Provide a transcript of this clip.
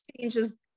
changes